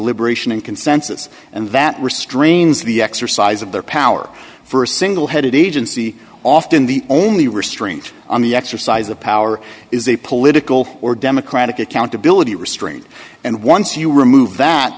liberation and consensus and that restrains the exercise of their power for a single headed agency often the only restraint on the exercise of power is a political or democratic accountability restraint and once you remove that